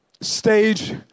stage